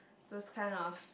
those kind of